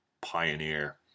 pioneer